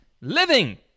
living